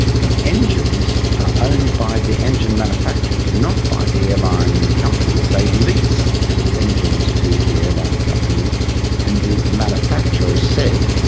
the engines are owned by the engine manufacturers, not by the airline companies. they lease engines to the airline companies and the manufacturer said,